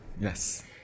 Yes